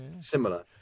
similar